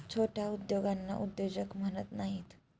छोट्या उद्योगांना उद्योजक म्हणत नाहीत